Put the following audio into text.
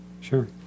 Sure